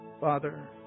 Father